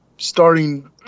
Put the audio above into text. starting